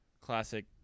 classic